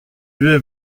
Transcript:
vais